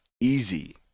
easy